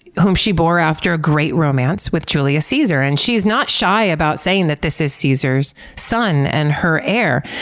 whom she bore after a great romance with julius caesar. and she's not shy about saying that this is caesar's son and her heir.